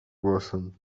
głosem